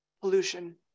pollution